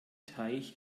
teich